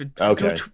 Okay